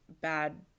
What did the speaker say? bad